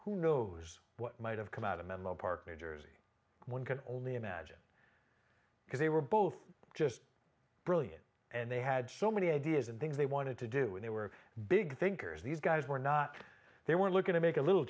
who knows what might have come out of menlo park new jersey one can only imagine because they were both just brilliant and they had so many ideas and things they wanted to do and they were big thinkers these guys were not they were looking to make a little